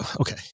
Okay